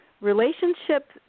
relationship